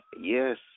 Yes